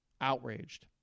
outraged